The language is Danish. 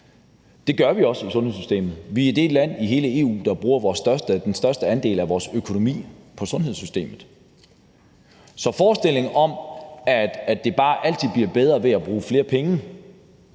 det gør vi også i sundhedssystemet, for vi er det land i hele EU, der bruger den største andel af vores økonomi på sundhedssystemet. Så hvis forestillingen om, at det bare altid bliver bedre ved at bruge flere penge,